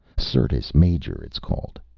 syrtis major, it is called.